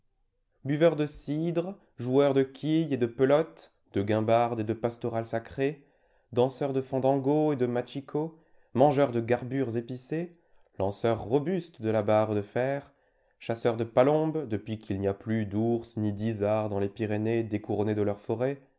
buveurs de cidre joueurs de quilles et de pelote de guimbardes et de pastorales sacrées danseurs de fandangos et de matchikos mangeurs de garbures épicées lanceurs robustes de la barre de fer chasseurs de palombes depuis qu'il n'y a plus d'ours ni d'isards dans les pyrénées découronnées de leurs forêts